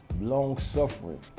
long-suffering